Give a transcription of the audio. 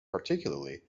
particularly